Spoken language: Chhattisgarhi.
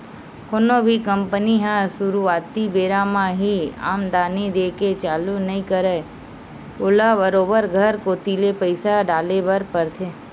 कोनो भी कंपनी ह सुरुवाती बेरा म ही आमदानी देय के चालू नइ करय ओला बरोबर घर कोती ले पइसा डाले बर परथे